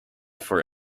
for